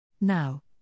Now